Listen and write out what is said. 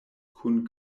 kun